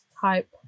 type